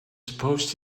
supposed